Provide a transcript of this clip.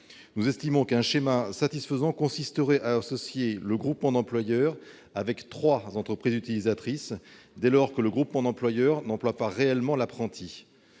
Nous estimons qu'un schéma satisfaisant consisterait à associer le groupement d'employeurs avec trois entreprises utilisatrices, dès lors que le groupement d'employeurs n'emploie pas réellement l'apprenti.